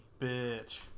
bitch